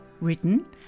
written